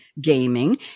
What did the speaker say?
Gaming